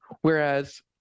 whereas